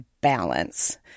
balance